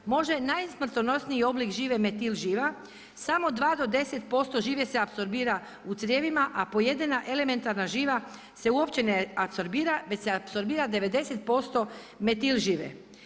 Možda je najsmrtonosniji oblik žive metil živa samo 2 do 10% žive se apsorbira u crijevima, a pojedena elementarna živa se uopće ne apsorbira već se apsorbira 90% metil žive.